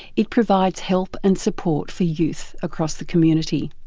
it provides help and support for youth across the community.